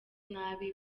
nabi